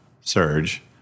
Surge